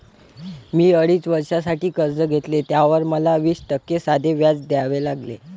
मी अडीच वर्षांसाठी कर्ज घेतले, त्यावर मला वीस टक्के साधे व्याज द्यावे लागले